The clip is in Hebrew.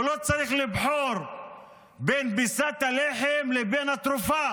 הוא לא צריך לבחור בין פיסת הלחם לבין התרופה.